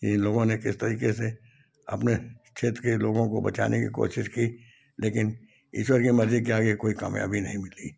इन लोगों ने किस तरीके से अपने क्षेत्र के लोगों को बचाने की कोशिश की लेकिन ईश्वर की मर्जी के आगे कोई कामयाबी नहीं मिली